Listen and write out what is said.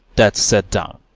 that's set down.